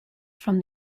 from